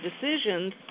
decisions